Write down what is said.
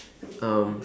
um